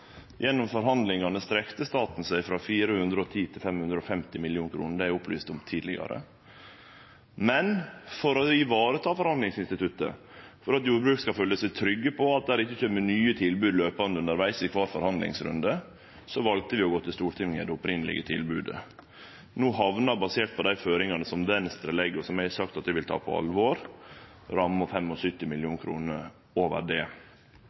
Gjennom forhandlingane strekte staten seg frå 410 mill. kr til 550 mill. kr – det er opplyst om tidlegare. Men for å ivareta forhandlingsinstituttet, for at ein i jordbruket skal føle seg trygge på at det ikkje kjem nye tilbod undervegs i kvar forhandlingsrunde, valde vi å gå til Stortinget med det opphavlege tilbodet. No hamna ramma – basert på dei føringane som Venstre legg, og som eg har sagt at eg vil ta på alvor – på 75 mill. kr over det.